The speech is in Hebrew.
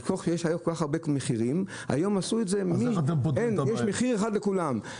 פעם היו כמה סוגי מחירים, היום יש מחיר אחד לכולם.